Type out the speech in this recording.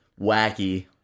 wacky